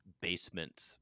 basement